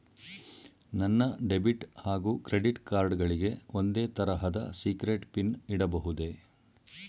ನನ್ನ ಡೆಬಿಟ್ ಹಾಗೂ credit card ಗಳಿಗೆ ಒಂದೇ ತರಹದ ಸೀಕ್ರೇಟ್ ಪಿನ್ ಇಡಬಹುದೇ?